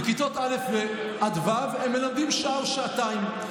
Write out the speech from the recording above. בכיתות א' עד ו' הם מלמדים שעה או שעתיים.